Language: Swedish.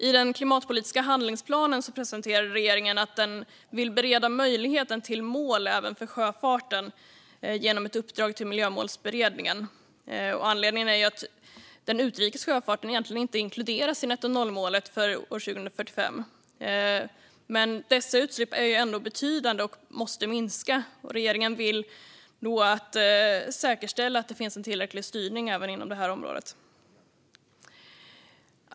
I den klimatpolitiska handlingsplanen framförde regeringen att man vill bereda möjligheten till mål även för sjöfarten genom att man gav ett uppdrag till Miljömålsberedningen. Anledningen är att den utrikes sjöfarten egentligen inte inkluderas i nettonollmålet för 2045. Dessa utsläpp är ändå betydande och måste minska. Regeringen vill säkerställa att det finns tillräcklig styrning inom även detta område.